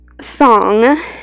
song